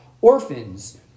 orphans